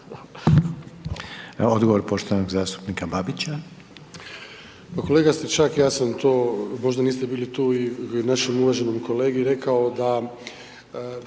odgovor poštovanog zastupnika Babića. **Babić, Ante (HDZ)** Pa kolega Stričak, ja sam to, možda niste bili tu i našem uvaženom kolegi rekao da